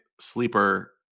sleeper